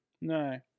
No